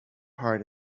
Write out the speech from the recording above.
heart